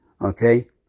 Okay